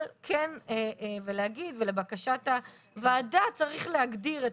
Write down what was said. ולהגיד לבקשת הוועדה צריך להגדיר,